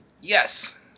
Yes